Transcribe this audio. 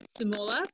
Simola